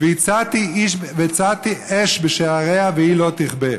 "והצתי אש בשעריה", והיא "לא תכבה".